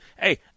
Hey